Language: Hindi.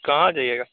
कहाँ जाइएगा